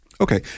Okay